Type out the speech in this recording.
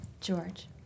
George